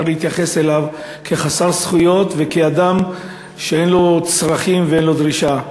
להתייחס אליו כאל חסר זכויות וכאל אדם שאין לו צרכים ואין לו דרישה.